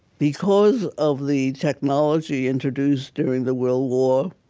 because of the technology introduced during the world war,